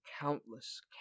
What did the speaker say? countless